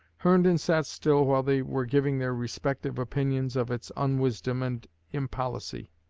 herndon sat still while they were giving their respective opinions of its unwisdom and impolicy